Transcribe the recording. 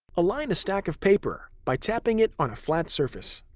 align a stack of paper by tapping it on a flat surface.